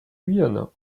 guyana